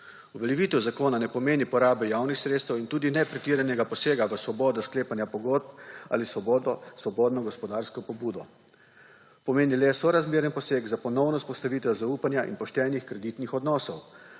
Uveljavitev zakona ne pomeni porabe javnih sredstev in tudi ne pretiranega posega v svobodo sklepanja pogodb ali svobodno gospodarsko pobudo. Pomeni le sorazmeren poseg za ponovno vzpostavitev zaupanja in poštenih kreditnih odnosov,